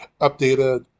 updated